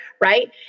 Right